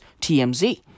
TMZ